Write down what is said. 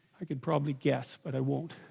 i? could probably guess but i won't